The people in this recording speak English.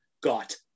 got